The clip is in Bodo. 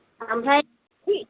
आमफ्राय